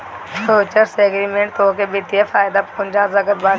futures agreement तोहके वित्तीय फायदा पहुंचा सकत बाटे